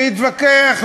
להתווכח,